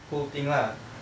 whole thing lah